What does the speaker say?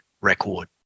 record